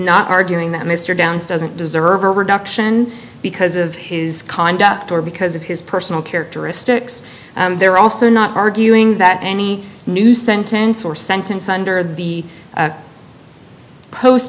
not arguing that mr downs doesn't deserve a reduction because of his conduct or because of his personal characteristics they're also not arguing that any new sentence or sentence under the post